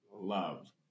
love